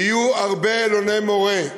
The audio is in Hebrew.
יהיו הרבה אלוני-מורה,